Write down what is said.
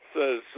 says